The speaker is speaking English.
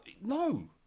no